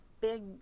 big